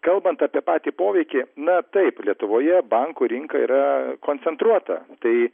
kalbant apie patį poveikį na taip lietuvoje bankų rinka yra koncentruota tai